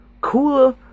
Cooler